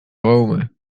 rome